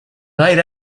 night